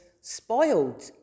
spoiled